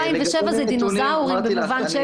2007 זה דינוזאורים במובן של